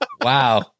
wow